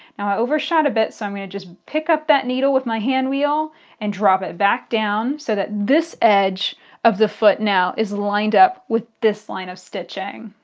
i overshot a bit so i'm going to just pick up that needle with my handwheel and drop it back down so that this edge of the foot now is lined up with this line of stitching.